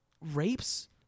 rapes